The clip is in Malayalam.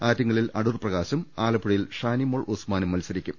ആറ്റിങ്ങലിൽ അടൂർ പ്രകാശും ആലപ്പുഴയിൽ ഷാനിമോൾ ഉസ്മാനും മത്സരി ക്കും